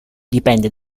dipende